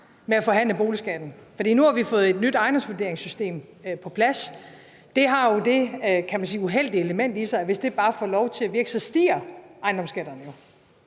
med at forhandle boligskatten, fordi vi nu har fået et nyt ejendomsvurderingssystem på plads. Det har jo det, kan man sige, uheldige element i sig, at hvis det bare får lov til at virke, stiger ejendomsskatterne jo